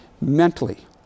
mentally